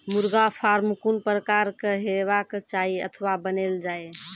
मुर्गा फार्म कून प्रकारक हेवाक चाही अथवा बनेल जाये?